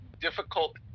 difficult